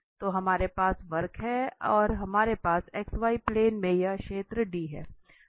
तो हमारे पास वक्र है और हमारे पास xy प्लेन में यह क्षेत्र D है